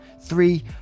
Three